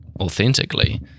authentically